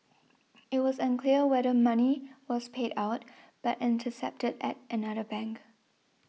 it was unclear whether money was paid out but intercepted at another bank